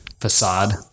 facade